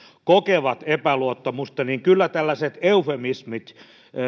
kokevat epäluottamusta kyllä tällaiset eufemismit